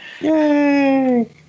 Yay